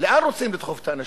לאן רוצים לדחוף את האנשים?